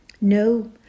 No